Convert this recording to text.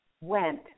went